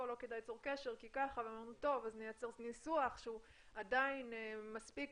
כדאי צור קשר ואנחנו אז נייצר ניסוח שהוא עדיין מספיק